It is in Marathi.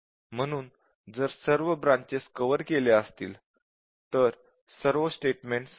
म्हणून जर सर्व ब्रांचेस कव्हर केल्या असतील तर सर्व स्टेटमेंट्स कव्हर केले गेले असावेत